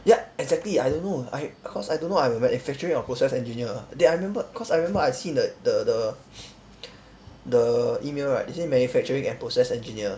ya exactly I don't know I cause I don't know I'm a manufacturing or process engineer then I remembered cause I remembered I see in the the the the email right it say manufacturing and process engineer